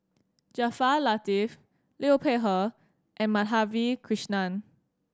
Jaafar Latiff Liu Peihe and Madhavi Krishnan